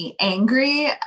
angry